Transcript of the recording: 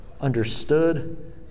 understood